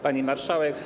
Pani Marszałek!